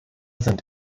sind